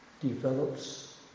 develops